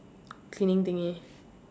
cleaning thingy